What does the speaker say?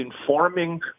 informing